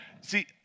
See